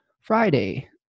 Friday